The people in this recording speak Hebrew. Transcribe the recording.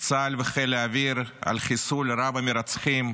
צה"ל וחיל האוויר על חיסול רב-המרצחים,